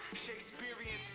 shakespearean